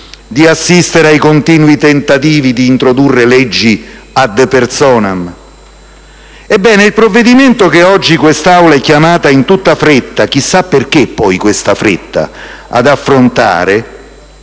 di assistere ai continui tentativi di introdurre leggi *ad personam*. Ebbene, il provvedimento che oggi questa Aula è chiamata in tutta fretta - chissà perché poi questa fretta - ad affrontare